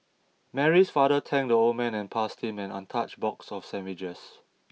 Mary's father thanked the old man and passed him an untouched box of sandwiches